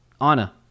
Anna